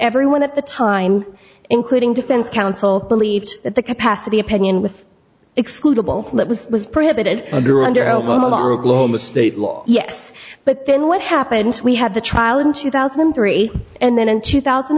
everyone at the time including defense counsel believes that the capacity opinion with excludable that was was prohibited under one of our oklahoma state law yes but then what happens we had the trial in two thousand and three and then in two thousand